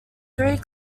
three